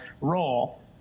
role